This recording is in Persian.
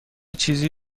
چیزی